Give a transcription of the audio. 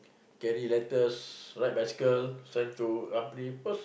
carry letters ride bicycle send to apa